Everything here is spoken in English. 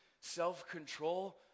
self-control